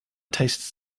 tastes